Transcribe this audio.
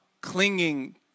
clinging